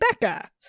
becca